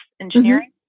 Engineering